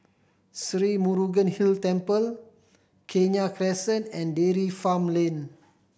Sri Murugan Hill Temple Kenya Crescent and Dairy Farm Lane